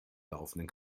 laufenden